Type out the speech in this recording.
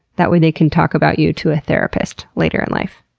that way they can talk about you to a therapist later in life.